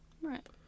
Right